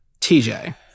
TJ